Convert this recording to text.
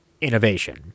innovation